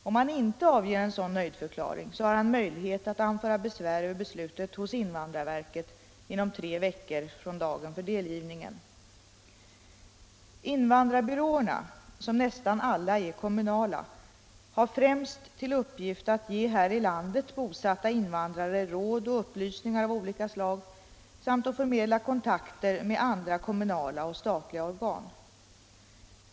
Om han inte avger en sådan nöjdförklaring har han möjlighet att anföra besvär över beslutet hos invandrarverket inom tre veckor från dagen för delgivningen. Invandrarbyråerna, som nästan alla är kommunala, har främst till uppgift att ge här i landet bosatta invandrare råd och upplysningar av olika slag samt att förmedla kontakter med andra kommunala och statliga organ.